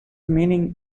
meaning